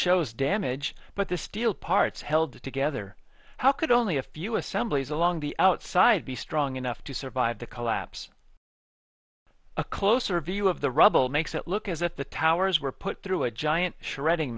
shows damage but the steel parts held together how could only a few assemblies along the outside be strong enough to survive the collapse a closer view of the rubble makes it look as if the towers were put through a giant shredding